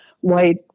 white